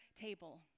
table